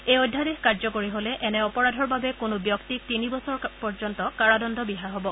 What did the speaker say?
এই অধ্যাদেশ কাৰ্যকৰী হলে এনে অপৰাধৰ বাবে কোনো ব্যক্তিক তিনি বছৰ পৰ্যন্ত কাৰাদণ্ড বিহা হ'ব